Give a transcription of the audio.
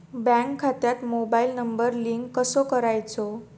Bank खात्यात mobile number link कसो करायचो?